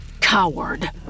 Coward